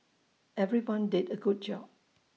everyone did A good job